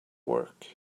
work